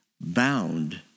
Bound